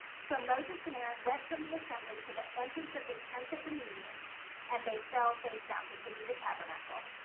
so moses and aaron went from the assembly to the entrance of the tent of the meeting and they fell face down. this would be the tabernacle.